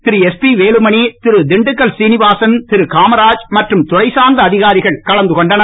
திரு S P Velumani Thiru Dindigul Srinivasan Thiru Kamaraj மற்றும் துறைசார்ந்த அதிகாரிகள் கலந்து கொண்டனர்